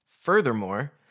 Furthermore